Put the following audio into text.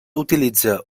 utilitza